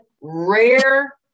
rare